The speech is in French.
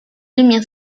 demi